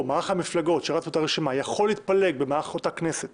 מערך המפלגות שרצות ברשימה יכול להתפלג במהלך אותה כנסת